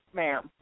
ma'am